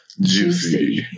juicy